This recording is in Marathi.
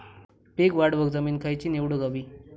पीक वाढवूक जमीन खैची निवडुक हवी?